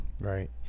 Right